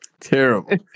terrible